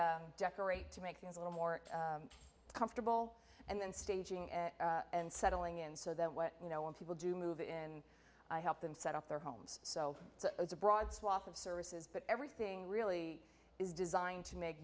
re decorate to make things a little more comfortable and then staging and settling in so that when you know when people do move in i help them set up their homes so it's a broad swath of services but everything really is designed to make